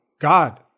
God